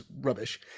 rubbish